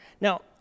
Now